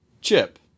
Chip